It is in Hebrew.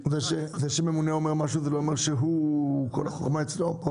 זה שממונה אומר משהו, זה לא אומר שכל החוכמה אצלו.